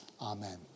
amen